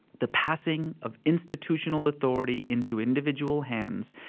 the passing of institutional authority into individual hands,